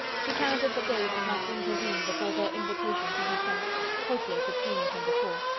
she counted the days that must intervene before their invitation could be sent hopeless of seeing him before.